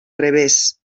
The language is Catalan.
revés